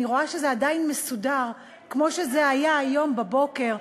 אני רואה שזה עדיין מסודר כמו שזה היה היום בבוקר,